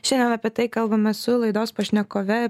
šiandien apie tai kalbamės su laidos pašnekove